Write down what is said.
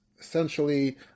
essentially